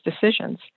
decisions